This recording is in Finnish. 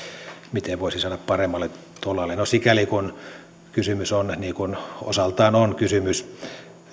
miten niitä voisi saada paremmalle tolalle sikäli kun kysymys on niin kuin osaltaan on kysymys